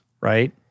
right